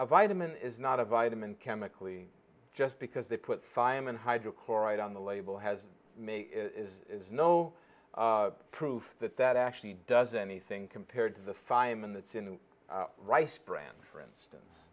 a vitamin is not a vitamin chemically just because they put firemen hydrochloride on the label has made is no proof that that actually does anything compared to the fireman that's in the rice bran for instance